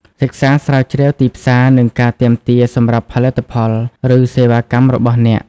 សិក្សាស្រាវជ្រាវទីផ្សារ និងការទាមទារសម្រាប់ផលិតផល ឬសេវាកម្មរបស់អ្នក។